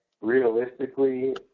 realistically